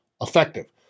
effective